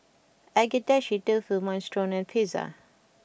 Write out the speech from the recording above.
Agedashi Dofu Minestrone and Pizza